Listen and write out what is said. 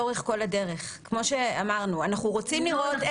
זה לא יכול להיות שהוועדה מאשרת --- אנחנו נתקן את